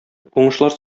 уңышлар